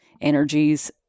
energies